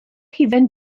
hufen